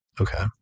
Okay